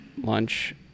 lunch